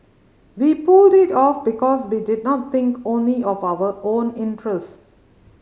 we pulled it off because we did not think only of our own interests